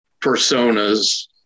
personas